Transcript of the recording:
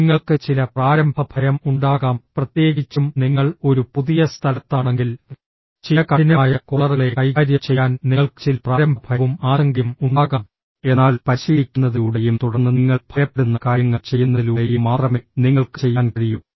നിങ്ങൾക്ക് ചില പ്രാരംഭ ഭയം ഉണ്ടാകാം പ്രത്യേകിച്ചും നിങ്ങൾ ഒരു പുതിയ സ്ഥലത്താണെങ്കിൽ ചില കഠിനമായ കോളറുകളെ കൈകാര്യം ചെയ്യാൻ നിങ്ങൾക്ക് ചില പ്രാരംഭ ഭയവും ആശങ്കയും ഉണ്ടാകാം എന്നാൽ പരിശീലിക്കുന്നതിലൂടെയും തുടർന്ന് നിങ്ങൾ ഭയപ്പെടുന്ന കാര്യങ്ങൾ ചെയ്യുന്നതിലൂടെയും മാത്രമേ നിങ്ങൾക്ക് ചെയ്യാൻ കഴിയൂ